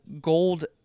gold